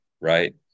right